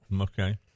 Okay